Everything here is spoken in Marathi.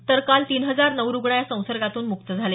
तर काल तीन हजार नऊ रुग्ण या संसर्गातून मुक्त झाले